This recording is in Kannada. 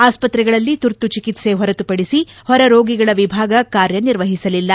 ಆಸ್ಪತ್ರೆಗಳಲ್ಲಿ ತುರ್ತು ಚಿಕಿತ್ಸೆ ಹೊರತುಪಡಿಸಿ ಹೊರರೋಗಿಗಳ ವಿಭಾಗ ಕಾರ್ಯ ನಿರ್ವಹಿಸಲಿಲ್ಲ